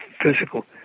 physical